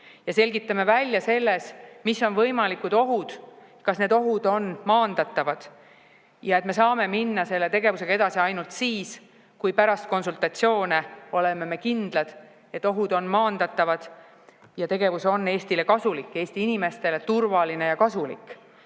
selgitame välja selle, mis on võimalikud ohud ja kas need ohud on maandatavad. Me saame minna selle tegevusega edasi ainult siis, kui pärast konsultatsioone oleme kindlad, et ohud on maandatavad ja tegevus on Eestile kasulik, Eesti inimestele turvaline ja kasulik.